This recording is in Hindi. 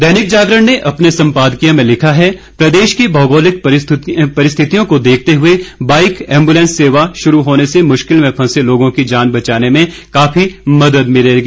दैनिक जागरण ने अपने संपादकीय में लिखा है प्रदेश की भौगोलिक परिस्थितियों को देखते हुए बाइक एंबुलैंस सेवा शुरू होने से मुश्किल में फंसे लोगों की जान बचाने में काफी मदद मिलेगी